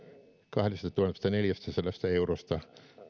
kahdestatuhannestaneljästäsadasta eurosta